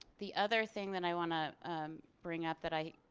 the other thing that i want to bring up that i.